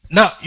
Now